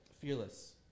Fearless